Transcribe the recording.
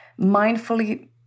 mindfully